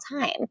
time